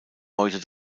heute